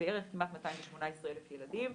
בערך כמעט 218 אלף ילדים.